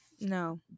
no